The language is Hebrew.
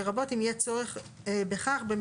לרבות אם יהיה בכך צורך,